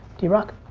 drock?